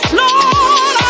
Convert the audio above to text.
lord